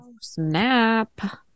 snap